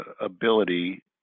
ability